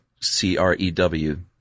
C-R-E-W